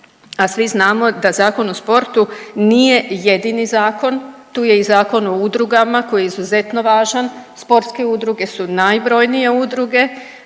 a svi znamo da Zakon o sportu nije jedini zakon, tu je i Zakon o udrugama koji je izuzetno važan, sportske udruge su najbrojnije udruge,